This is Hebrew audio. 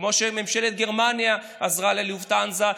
כמו שממשלת גרמניה עזרה ללופטהנזה,